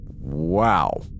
Wow